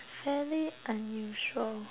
fairly unusual